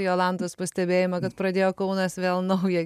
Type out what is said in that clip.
į jolantos pastebėjimą kad pradėjo kaunas vėl naują